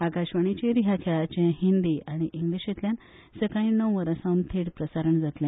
आकाशवाणीचेर ह्या खेळाचे हिंदी आनी इंग्लिशेतल्यान सकाळी णव वरासावन थेट प्रसारण जातले